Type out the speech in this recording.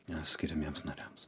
na skiriamiems nariams